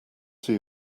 see